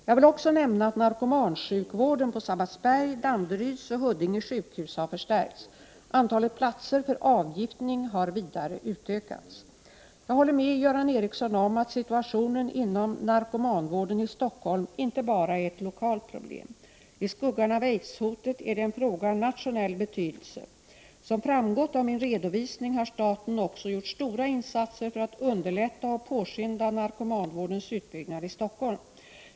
Jag vill också nämna att narkomansjukvården på Sabbatsbergs, Danderyds och Huddinge sjukhus har förstärkts. Antalet platser för avgiftning har vidare utökats. Jag håller med Göran Ericsson om att situationen inom narkomanvården i Stockholm inte bara är ett lokalt problem. I skuggan av aids-hotet är det en fråga av nationell betydelse. Som framgått av min redovisning har staten också gjort stora insatser för att underlätta och påskynda narkomanvårdens utbyggnad i Stockholm.